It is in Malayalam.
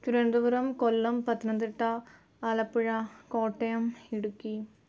തിരുവനന്തപുരം കൊല്ലം പത്തനംതിട്ട ആലപ്പുഴ കോട്ടയം ഇടുക്കി